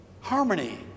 harmony